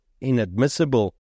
inadmissible